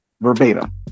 verbatim